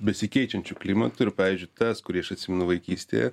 besikeičiančių klimatų ir pavyzdžiui tas kurį aš atsimenu vaikystėje